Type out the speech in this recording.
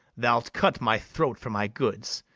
thou'lt cut my throat for my goods.